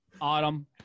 Autumn